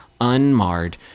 Unmarred